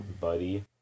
buddy